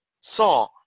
saw